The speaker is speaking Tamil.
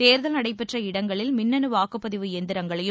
தேர்தல் நடைபெற்ற இடங்களில் மின்னணு வாக்குப்பதிவு எந்திரங்களையும்